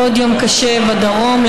עוד יום קשה בדרום,